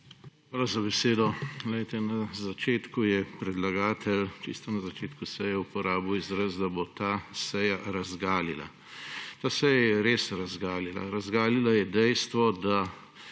Hvala za besedo. Na začetku je predlagatelj, čisto na začetku seje, uporabil izraz, da bo ta seja razgalila. Ta seja je res razgalila; razgalila je dejstvo, da